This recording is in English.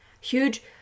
Huge